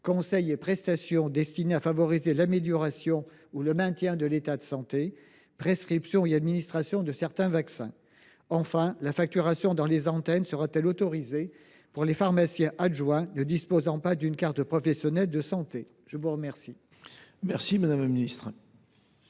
conseils et prestations destinés à favoriser l’amélioration ou le maintien de l’état de santé, prescription et administration de certains vaccins ? Enfin, la facturation dans les antennes sera t elle autorisée pour les pharmaciens adjoints ne disposant pas d’une carte professionnelle de santé ? La parole est à Mme la ministre